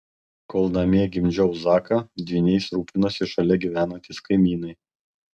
kol namie gimdžiau zaką dvyniais rūpinosi šalia gyvenantys kaimynai